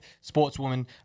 Sportswoman